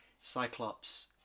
Cyclops